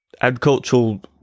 agricultural